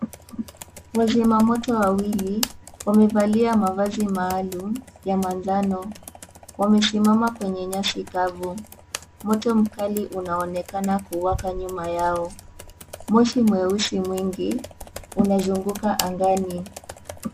Wazima moto wawili wamevalia mavazi maalum ya manjano, wamesimama kwenye nyasi kavu moto mkali unaonekana ukiwaka nyuma yao, moshi mweusi mwingi unazunguka angani.